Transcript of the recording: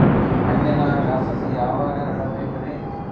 ಮಣ್ಣಿನಾಗ ಸಸಿ ಯಾವಾಗ ನೆಡಬೇಕರಿ?